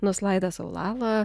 nuslaido saulala